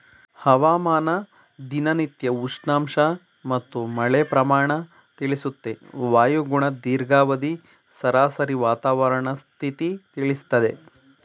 ಹವಾಮಾನ ದಿನನಿತ್ಯ ಉಷ್ಣಾಂಶ ಮತ್ತು ಮಳೆ ಪ್ರಮಾಣ ತಿಳಿಸುತ್ತೆ ವಾಯುಗುಣ ದೀರ್ಘಾವಧಿ ಸರಾಸರಿ ವಾತಾವರಣ ಸ್ಥಿತಿ ತಿಳಿಸ್ತದೆ